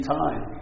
time